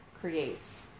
creates